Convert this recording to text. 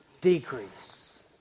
decrease